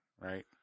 right